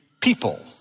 people